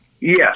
Yes